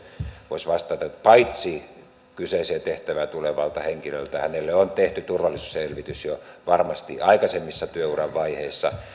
voisi vastata että paitsi että kyseiseen tehtävään tulevalle henkilölle on tehty turvallisuusselvitys jo varmasti aikaisemmissa työuran vaiheissa